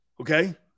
Okay